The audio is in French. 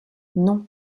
non